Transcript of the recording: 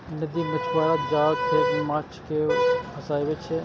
नदी मे मछुआरा जाल फेंक कें माछ कें फंसाबै छै